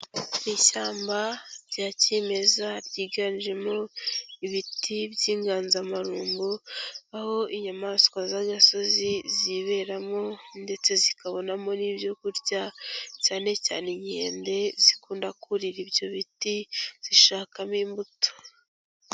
Ishyamba rya kimeza ryiganjemo ibiti by'inganzamarumbo, aho inyamaswa z'agasozi ziberamo ndetse zikabonamo n'ibyo kurya, cyane cyane inkende zikunda kurira ibyo biti zishakamo imbuto.